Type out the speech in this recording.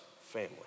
family